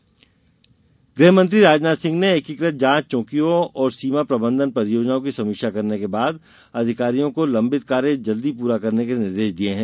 राजनाथ गृहमंत्री राजनाथ सिंह ने एकीकृत जांच चौकियों और सीमा प्रबंधन परियोजनाओं की समीक्षा करने के बाद अधिकारियों को लम्बित कार्य जल्दी पूरा करने के निर्देश दिये हैं